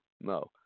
no